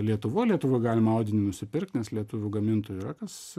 lietuvoj lietuvoj galima audinį nusipirkt nes lietuvių gamintojų yra kas